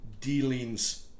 dealings